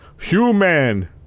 human